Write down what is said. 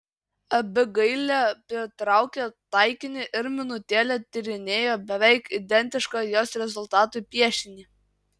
abigailė pritraukė taikinį ir minutėlę tyrinėjo beveik identišką jos rezultatui piešinį